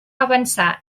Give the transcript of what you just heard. avançar